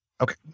Okay